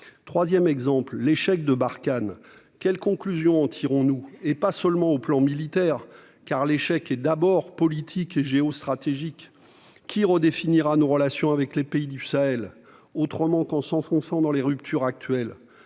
Troisième exemple : l'échec de Barkhane. Quelles conclusions en tirons-nous, au-delà des seuls aspects militaires ? En effet, l'échec est avant tout politique et géostratégique. Qui redéfinira nos relations avec les pays du Sahel autrement qu'en s'enfonçant dans les ruptures actuelles,